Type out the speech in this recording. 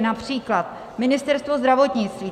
Například Ministerstvo zdravotnictví.